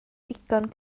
ddigon